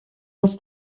els